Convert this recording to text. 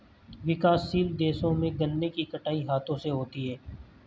विकासशील देशों में गन्ने की कटाई हाथों से होती है